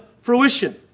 fruition